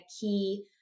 key